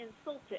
insulted